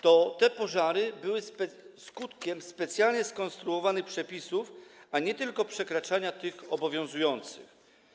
Te pożary były skutkiem specjalnie skonstruowanych przepisów, a nie tylko przekraczania tych obowiązujących.